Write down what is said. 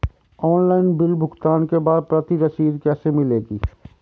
Online bill भुगतान के बाद प्रति रसीद कैसे मिलेगी?